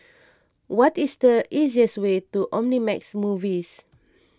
what is the easiest way to Omnimax Movies